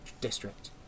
district